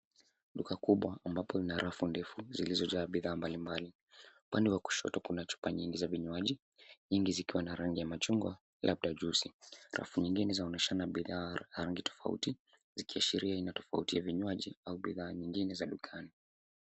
Duka kubwa ambapo ina rafu ndefu zilizojaa bidhaa mbalimbali. Upande wa kushoto kuna chupa nyingi za vinywaji, nyingi zikiwa na rangi ya machungwa, labda juice .Rafu nyingine zaonyeshana za rangi tofauti zikiashiria ina tofauti ya vinywaji au bidhaa nyingine za dukani.